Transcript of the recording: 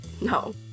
No